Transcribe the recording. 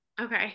okay